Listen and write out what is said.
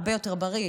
הרבה יותר בריא,